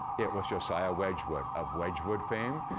it was josiah wedgwood of wedgwood fame.